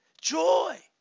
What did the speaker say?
joy